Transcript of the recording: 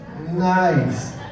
nice